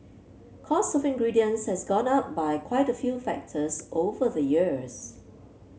cost of ingredients has gone up by quite a few factors over the years